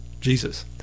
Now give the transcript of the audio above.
Jesus